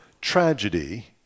Tragedy